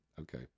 Okay